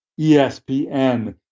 ESPN